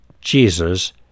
Jesus